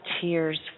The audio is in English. tears